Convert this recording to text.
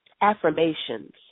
Affirmations